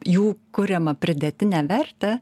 jų kuriamą pridėtinę vertę